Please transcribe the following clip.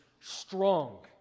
strong